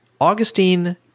Augustine –